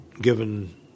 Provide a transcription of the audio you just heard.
given